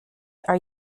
are